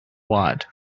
watt